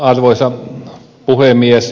arvoisa puhemies